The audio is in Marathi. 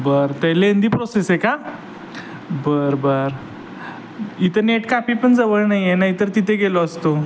बरं ते लेंदी प्रोसेस आहे का बरं बरं इथं नेट कापी पण जवळ नाही आहे नाहीतर तिथे गेलो असतो